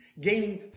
Gaining